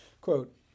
Quote